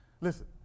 Listen